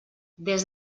des